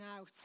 out